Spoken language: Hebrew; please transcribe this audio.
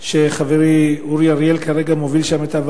שחברי אורי אריאל מוביל אותה כרגע.